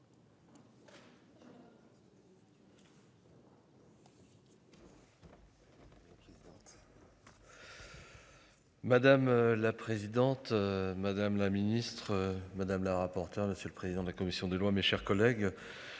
Madame la présidente, madame la ministre madame la rapporteure. Monsieur le président de la commission des lois, mes chers collègues.